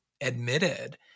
admitted